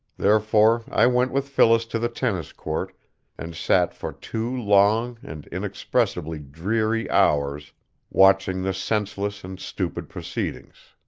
therefore i went with phyllis to the tennis-court and sat for two long and inexpressibly dreary hours watching the senseless and stupid proceedings.